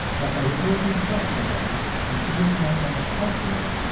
but by reposing trust in them and treating the young men as partners,